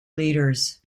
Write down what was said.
leaders